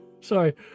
Sorry